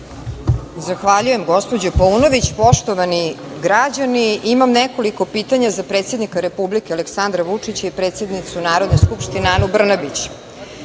Zahvaljujem, gospođo Paunović. Poštovani građani, imam nekoliko pitanja za predsednika Republike, Aleksandra Vučića i predsednicu Narodne skupštine, Anu Brnabić.Za